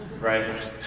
right